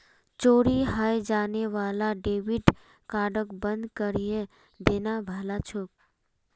चोरी हाएं जाने वाला डेबिट कार्डक बंद करिहें देना भला छोक